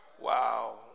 wow